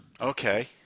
Okay